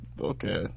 okay